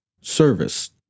service